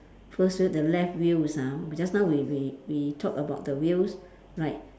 first wheel the left wheels ah just now we we we talk about the wheels like